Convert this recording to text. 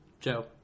Joe